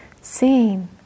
seeing